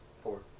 four